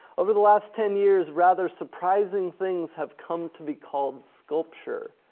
over the last ten years, rather surprising things have come to be called sculpture.